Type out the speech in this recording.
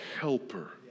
helper